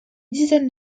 dizaine